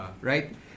Right